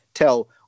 tell